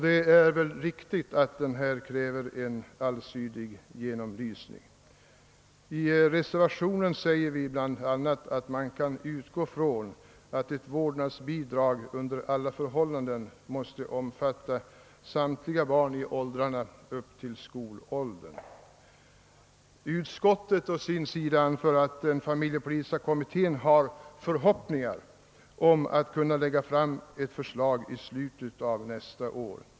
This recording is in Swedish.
Det är vidare riktigt att frågan kräver en allsidig genomlysning. I reservationen uttalar vi bl.a. att man kan utgå från att ett vårdnadsbidrag under alia förhållanden måste omfatta samtliga barn i åldrarna upp till skolåldern. Utskottsmajoriteten å sin sida anför att familjepolitiska kommittén har förhoppningar om att kunna lägga fram ett förslag i slutet av nästa år.